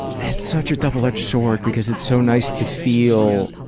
that's such a double-edged sword because it's so nice to feel